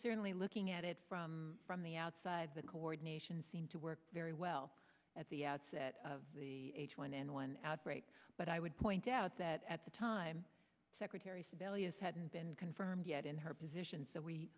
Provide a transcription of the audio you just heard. certainly looking at it from from the outside the coordination seemed to work very well at the outset of the h one n one outbreak but i would point out that at the time secretary sebelius hadn't been confirmed yet in her position